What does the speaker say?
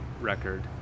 record